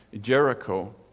Jericho